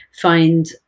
find